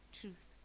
truth